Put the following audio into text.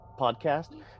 podcast